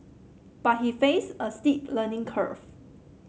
but he faced a steep learning curve